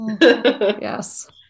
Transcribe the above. Yes